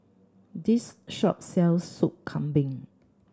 this shop sells Sop Kambing